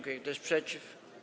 Kto jest przeciw?